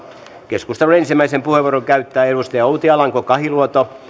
keskustelun ensimmäisen puheenvuoron käyttää edustaja outi alanko kahiluoto